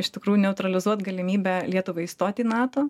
iš tikrųjų neutralizuot galimybę lietuvai įstot į nato